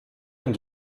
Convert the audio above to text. den